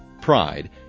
pride